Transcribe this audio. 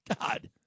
God